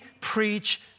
preach